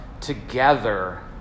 together